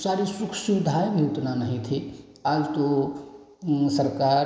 सारी सुख सुविधाएँ भी उतनी नहीं थीं आज तो सरकार